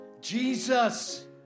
Jesus